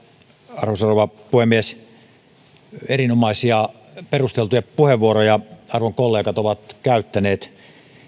arvoisa rouva puhemies erinomaisia perusteltuja puheenvuoroja arvon kollegat ovat käyttäneet